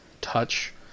touch